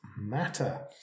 matter